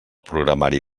programari